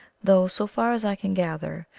though, so far as i can gather,